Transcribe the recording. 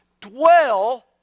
dwell